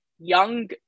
young